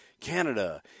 Canada